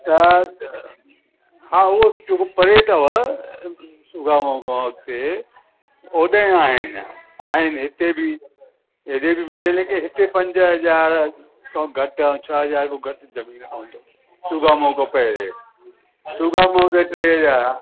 हा हा उहो पहिरीं अथव छुगामऊ खां अॻिते ओॾहें आहे अञा आहिनि हिते बि हेॾे बि मिली वेंदव लेकिन हिते पंज हज़ार सां घटि ऐं छह हज़ार खां घटि जनमु ज़म ज़मीन कोन अथव छुगामऊ खां पहिरीं छुगामऊ त टे हज़ार आहे